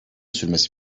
sürmesi